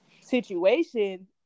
situation